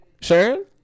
sharon